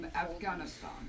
Afghanistan